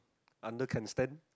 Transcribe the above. under can stand